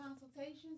consultations